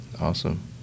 Awesome